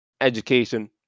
education